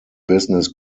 business